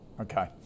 Okay